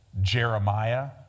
Jeremiah